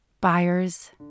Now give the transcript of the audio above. Buyers